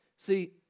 See